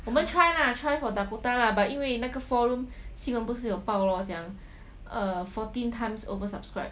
我们 try lah try for dakota lah but 因为那个 four room 新闻不是有报 lor 讲 err fourteen times oversubscribed